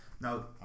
now